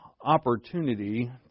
opportunity